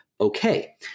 Okay